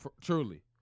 Truly